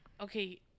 okay